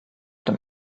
dem